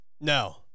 No